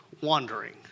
wandering